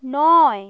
নয়